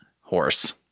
horse